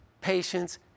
patience